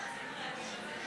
כרסום בדמוקרטיה,